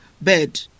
bed